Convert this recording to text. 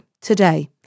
today